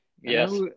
yes